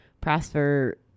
Prosper